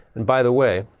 and by the way